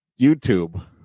YouTube